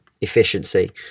efficiency